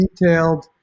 detailed